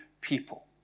people